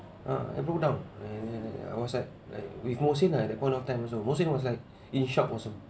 uh I broke down and and I was like like with musin ah at that point of time also musin was like in shock also